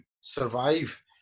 survive